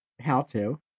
how-to